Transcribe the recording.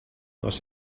los